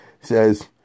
says